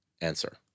answer